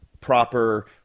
proper